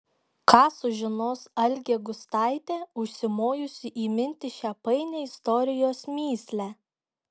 ką sužinos algė gustaitė užsimojusi įminti šią painią istorijos mįslę